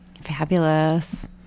Fabulous